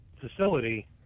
facility